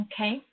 okay